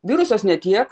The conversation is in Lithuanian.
virusas ne tiek